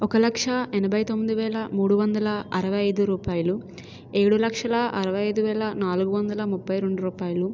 ఒక లక్ష ఎనభై తొమ్మిది వేల మూడు వందల అరవై ఐదు రూపాయలు ఏడు లక్షల అరవై ఐదు వేల ముప్పై రెండు రూపాయలు